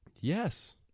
Yes